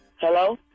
Hello